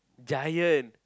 giant